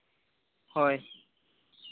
ᱦᱳᱭ